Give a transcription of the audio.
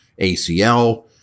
ACL